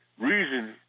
reason